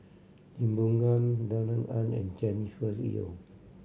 Lee Boon Ngan Darrell Ang and Jennifer Yeo